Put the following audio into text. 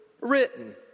written